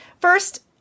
First